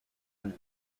anna